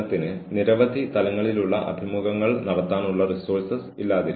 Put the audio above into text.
അതിനാൽ അത്തരം സാഹചര്യങ്ങളിൽ ഓഫീസ് പ്രണയം പൂവണിയാനുള്ള സാധ്യത വളരെ കൂടുതലാണ്